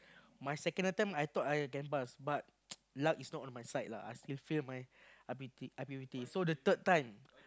my second attempt I thought I can pass but luck is not on my side lah I still failed my I_P_P_T I_P_P_T so the third time